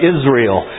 Israel